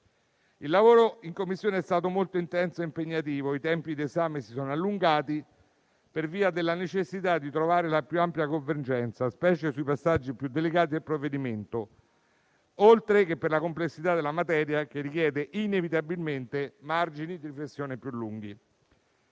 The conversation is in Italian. Il lavoro in Commissione è stato molto intenso e impegnativo, i tempi di esame si sono allungati per via della necessità di trovare la più ampia convergenza, specie sui passaggi più delicati del provvedimento, oltre che per la complessità della materia, che richiede inevitabilmente margini di riflessione più lunghi.